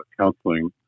counseling